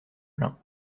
pleins